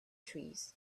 trees